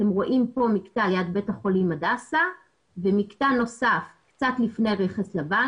אתם רואים כאן מקטע ליד בית החולים הדסה ומקטע נוסף קצת לפני רכס לבן.